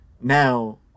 now